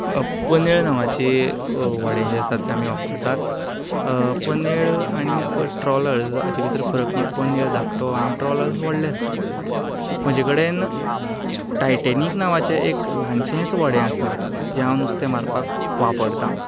पनेळ नांवाची व्हडें जें आसा तें आमी वापरतात पनेळ आनीक ट्रॉलर्स हाचे भितर फरक म्हळ्यार पनेळ धाकटो आनी ट्रॉलर्स व्हडले आसतात म्हजें कडेन टायटेनीक नांवाचें एक ल्हानशेंच व्हडें आसा जें हांव नुस्तें मारपाक वापरता